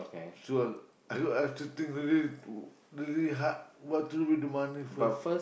sir I I have to think really really hard what to do with the money first